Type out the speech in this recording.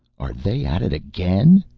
are they at it again?